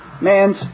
man's